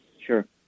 Sure